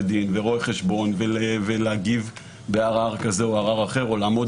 דין ושל רואי חשבון ולהגיב בערר כזה או ערר אחר או לעמוד